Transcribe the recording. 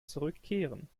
zurückkehren